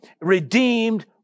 redeemed